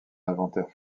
inventaire